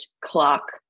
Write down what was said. clock